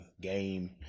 game